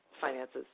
finances